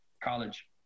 college